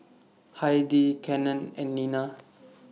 Heidi Cannon and Nina